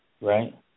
Right